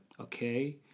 Okay